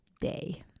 day